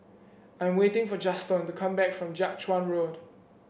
I am waiting for Juston to come back from Jiak Chuan Road